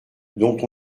dont